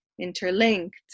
interlinked